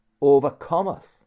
overcometh